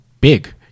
big